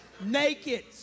naked